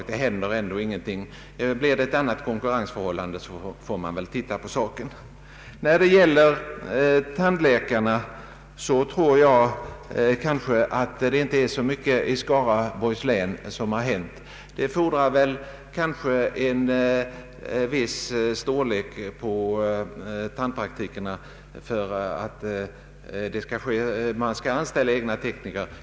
Man tycks förlita sig på att ingenting skall hända utan företagen skall tåla vilken konkurrenssnedvridning som helst. När det gäller tandläkarna så tror jag att det kanske inte hänt så mycket i Skaraborgs län. En tandläkarpraktik kanske måste vara av viss storlek för att det skall löna sig att anställa egna tekniker.